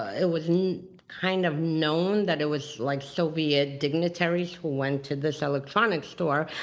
ah it was kind of known that it was like soviet dignitaries who went to this electronics store,